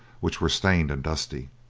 which were stained and dusty.